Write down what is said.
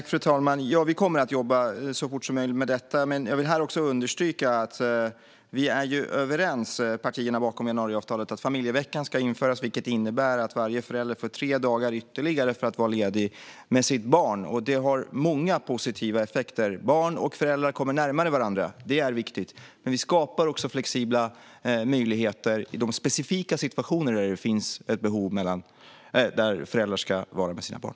Fru talman! Ja, vi kommer att jobba med detta så fort som möjligt. Jag vill också understryka att partierna bakom januariavtalet är överens om att familjeveckan ska införas. Det innebär att varje förälder får ytterligare tre dagar för att vara ledig med sitt barn. Det får många positiva effekter. Barn och föräldrar kommer närmare varandra, vilket är viktigt. Det skapar också flexibla möjligheter i de specifika situationer där det finns ett behov för föräldrar att vara med sina barn.